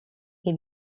che